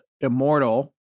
immortal